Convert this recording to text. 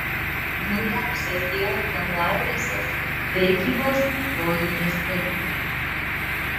naujausias dior namų adresas prekybos rojuje seule